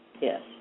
yes